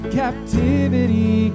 captivity